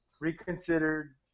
reconsidered